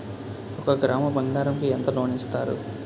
ఒక గ్రాము బంగారం కి ఎంత లోన్ ఇస్తారు?